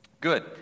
Good